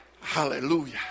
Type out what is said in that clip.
Hallelujah